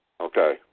okay